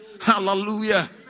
Hallelujah